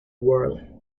world